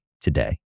today